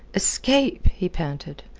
escape? he panted.